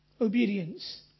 Obedience